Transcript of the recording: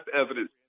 evidence